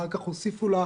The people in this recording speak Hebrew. אחר כך הוסיפו לה,